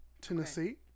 Tennessee